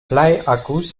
bleiakkus